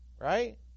right